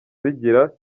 bigira